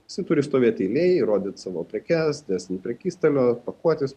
visi turi stovėt eilėj rodyt savo prekes ant prekystalio pakuotis